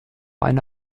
eine